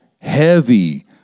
heavy